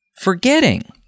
forgetting